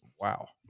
wow